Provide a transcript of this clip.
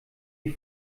die